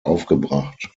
aufgebracht